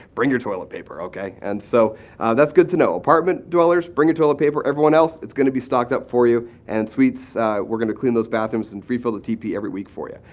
bring your toilet paper okay? and so, ah that's good to know. apartment dwellers, bring your toilet paper. everyone else, it's going to be stocked up for you and suites we're going to clean those bathrooms and refill the tp every week for you.